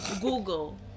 Google